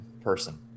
person